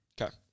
Okay